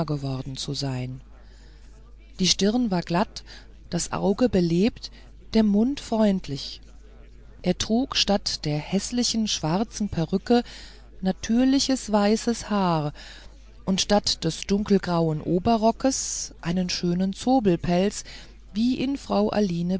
geworden zu sein die stirne war glatt das auge belebt der mund freundlich er trug statt der häßlichen schwarzen perücke natürliches weißes haar und statt des dunkelgrauen oberrocks einen schönen zobelpelz wie ihn frau aline